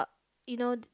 you know